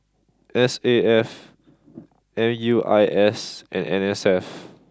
S A F M U I S and N S F